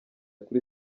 kuri